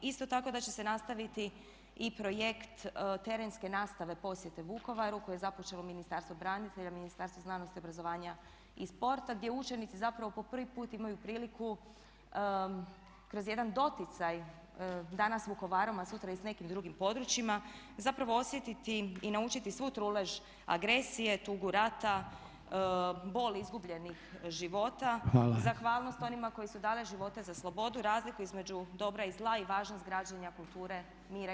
Isto tako da će se nastaviti i projekt terenske nastave posjete Vukovaru koje je započelo Ministarstvo branitelja, Ministarstvo znanosti, obrazovanja i sporta gdje učenici zapravo po prvi put imaju priliku kroz jedan doticaj danas s Vukovarom, a sutra i s nekim drugim područjima zapravo osjetiti i naučiti svu trulež agresije, tugu rata, bol izgubljenih života, zahvalnost onima koji su dale živote za slobodu, razliku između dobra i zla i važnost građenja kulture, mira i